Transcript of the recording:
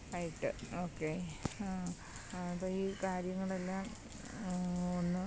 വൈകിട്ട് ഓക്കെ അപ്പോൾ ഈ കാര്യങ്ങളെല്ലാം ഒന്ന്